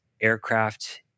aircraft